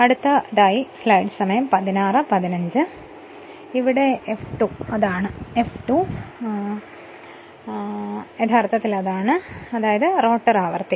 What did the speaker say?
അതാണ് F2 യഥാർത്ഥത്തിൽ rotor ആവൃത്തി